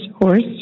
horse